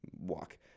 walk